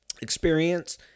experience